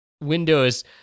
Windows